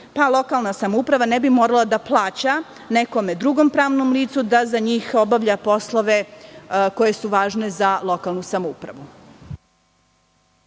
pa lokalna samouprava ne bi morala da plaća nekom drugom pravnom licu da za njih obavlja poslove koji su važni za lokalnu samoupravu.